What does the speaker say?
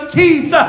teeth